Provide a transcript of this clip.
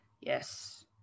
Yes